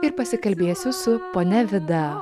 ir pasikalbėsiu su ponia vida